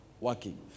working